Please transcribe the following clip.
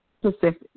specific